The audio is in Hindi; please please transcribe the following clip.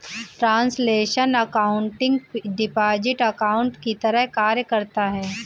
ट्रांसलेशनल एकाउंटिंग डिपॉजिट अकाउंट की तरह कार्य करता है